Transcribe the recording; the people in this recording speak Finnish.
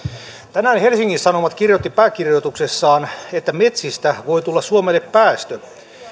tänään helsingin sanomat kirjoitti pääkirjoituksessaan että metsistä voi tulla suomelle päästöjä